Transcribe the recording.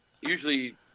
usually –